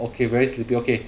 okay very slippery okay